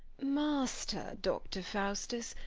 master doctor faustus,